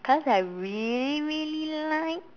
cause I really really like